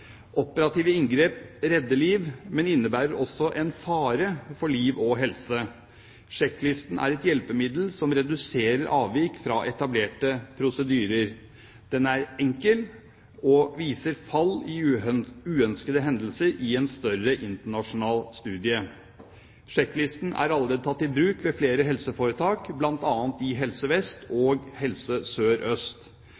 Operative inngrep redder liv, men innebærer også en fare for liv og helse. Sjekklisten er et hjelpemiddel som reduserer avvik fra etablerte prosedyrer. Den er enkel og viser fall i uønskede hendelser i en større internasjonal studie. Sjekklisten er allerede tatt i bruk ved flere helseforetak, bl.a. i Helse Vest